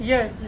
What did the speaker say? Yes